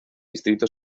distrito